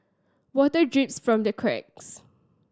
water drips from the cracks